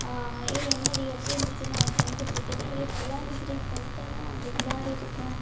ஏ என்ன டி எப்படி இருந்துச்சு நான் ஏன் ஃப்ரெண்ட்ஸுக்கிட்ட கேட்டேன் ஏ நல்லா இருந்துச்சு டி ஃபஸ்ட் டைம்மா நான் இப்படி விளாடிருக்கேன்